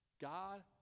God